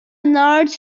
north